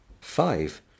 Five